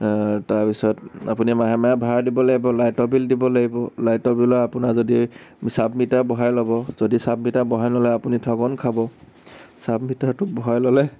তাৰপিছত আপুনি মাহে মাহে ভাৰা দিব লাগিব লাইটৰ বিল দিব লাগিব লাইটৰ বিলৰ আপোনাৰ যদি চাব মিটাৰ বহাই ল'ব যদি চাব মিটাৰ বহাই নলয় আপুনি ঠগন খাব চাব মিটাৰটো বহাই ল'লে